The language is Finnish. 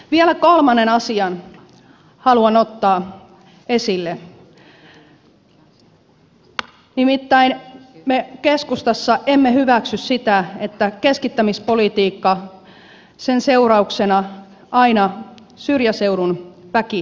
vielä kolmannen asian haluan ottaa esille nimittäin me keskustassa emme hyväksy sitä että keskittämispolitiikan seurauksena aina syrjäseudun väki kärsii